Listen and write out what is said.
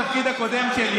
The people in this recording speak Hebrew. בתפקיד הקודם שלי,